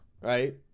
right